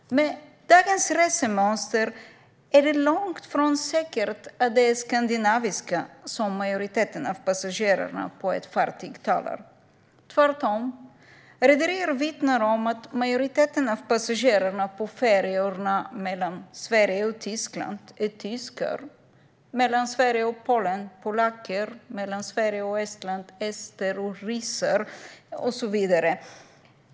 Med dagens resemönster är det långt ifrån säkert att det är skandinaviska som majoriteten av passagerarna på ett fartyg talar. Rederier vittnar om att majoriteten av passagerarna på färjorna mellan Sverige och Tyskland är tyskar, mellan Sverige och Polen polacker, mellan Sverige och Estland ester och ryssar och så vidare.